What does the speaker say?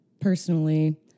Personally